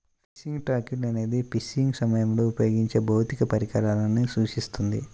fishing tackle అనేది fishing సమయంలో ఉపయోగించే భౌతిక పరికరాలను సూచిస్తుంది